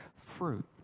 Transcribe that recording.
fruit